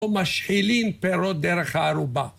או משחילים פירות דרך הארובה